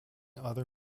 other